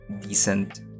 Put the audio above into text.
decent